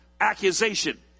accusation